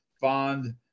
fond